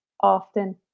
often